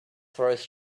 throws